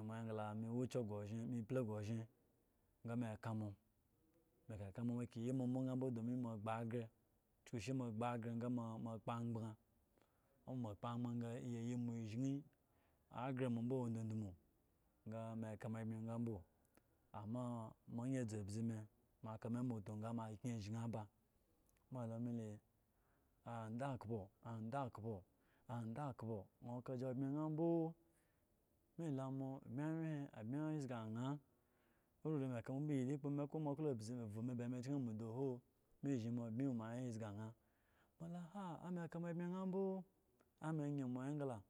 Me ple ogreshen ga me eka moa me kaka me yi moambo ga mbo domin moa agbo gre kyuku shi moa agbo gre ga moa kpo angban wo ba moa agbo angbn ga eyyi moa eshin agre moa mbo awo dodomu sa me ka moa ebmi sambo amma moayin adzu abzi me moa aka me amoto sa moa kye ashin aba moa alo me le adakpo adakpo adakpo awo okagi obmi sanbo? Elo moa abmi awye ezyi ayan? Oriri me ekamo moa aklo awo me ba eme kyen amudo who? Ame ayin moa egla la